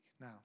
Now